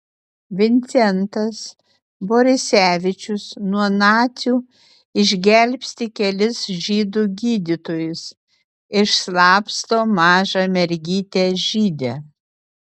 vincentas borisevičius nuo nacių išgelbsti kelis žydų gydytojus išslapsto mažą mergytę žydę